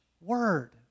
word